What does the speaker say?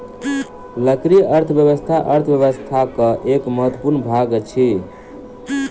लकड़ी अर्थव्यवस्था अर्थव्यवस्थाक एक महत्वपूर्ण भाग अछि